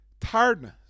tiredness